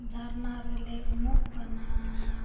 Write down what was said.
ᱡᱷᱟᱨᱱᱟ ᱨᱮᱞᱮ ᱩᱢᱩᱜ ᱠᱟᱱᱟ